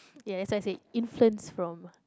yes that's why I said influence from